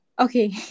Okay